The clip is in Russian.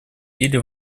или